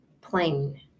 plain